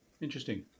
interesting